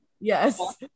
Yes